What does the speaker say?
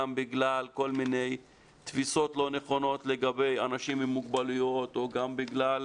גם בגלל תפיסות לא נכונות לגבי אנשים עם מוגבלויות או גם בגלל